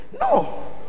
No